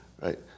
right